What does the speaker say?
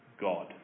God